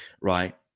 Right